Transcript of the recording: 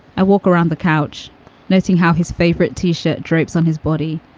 i walk around the couch noting how his favorite t-shirt drapes on his body.